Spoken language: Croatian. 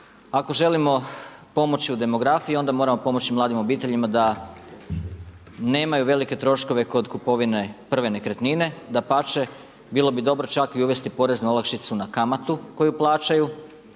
Ako želimo pomoći u demografiji onda moramo pomoći mladim obiteljima da nemaju velike troškove kod kupovine prve nekretnine. Dapače, bilo bi dobro čak i uvesti porezne olakšice na kamatu koju plaćaju